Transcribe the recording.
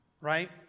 right